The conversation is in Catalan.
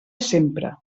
sempre